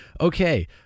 okay